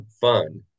fun